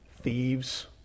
thieves